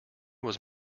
was